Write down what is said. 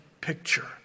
picture